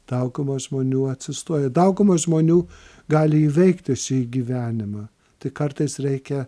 dauguma žmonių atsistoja dauguma žmonių gali įveikti šį gyvenimą tik kartais reikia